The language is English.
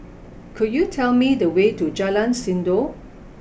could you tell me the way to Jalan Sindor